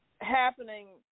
happening